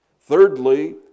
Thirdly